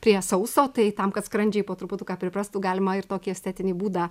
prie sauso tai tam kad skrandžiai po truputuką priprastų galima ir tokį estetinį būdą